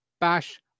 bash